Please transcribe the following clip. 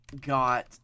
got